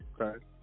okay